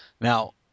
now